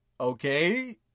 okay